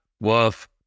Woof